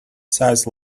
sized